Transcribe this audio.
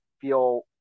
feel